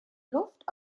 luft